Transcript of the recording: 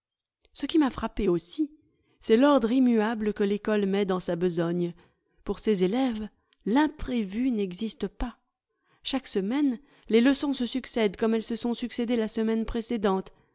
ce qui m'a frappé aussi c'est tordre immuable que l'ecole met dans sa besogne pour ses élèves l'imprévu n'existe pas chaque semaine les leçons se succèdent comme elles se sont succédé la semaine précédente